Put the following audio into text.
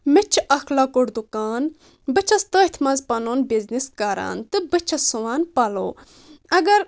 مےٚ چھُ اکھ لۄکُٹ دُکان بہٕ چھس تٔتھۍ منٛز پنُن بِزِنِس کران تہٕ بہٕ چھس سُوان پلو اگر